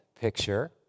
picture